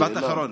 משפט אחרון.